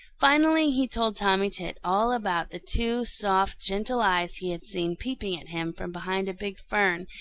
finally he told tommy tit all about the two soft, gentle eyes he had seen peeping at him from behind a big fern,